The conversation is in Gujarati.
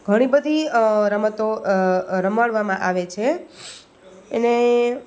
ઘણી બધી રમતો રમાડવામાં આવે છે એને